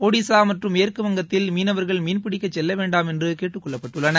ஒடிஸா மற்றும் மேற்குவங்கத்தில் மீனவர்கள் மீன்பிடிக்கச் செல்ல வேண்டாம என்று கேட்டுக் கொள்ளப்பட்டுள்ளனர்